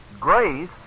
Grace